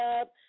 up